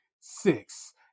six